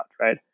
right